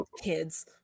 kids